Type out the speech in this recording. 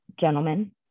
gentlemen